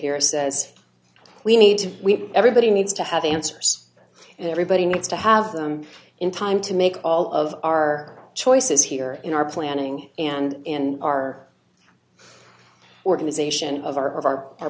here says we need to we everybody needs to have answers and everybody needs to have them in time to make all of our choices here in our planning and in our organization of our of our our